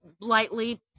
Lightly